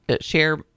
share